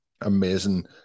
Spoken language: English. amazing